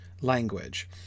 language